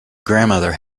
grandmother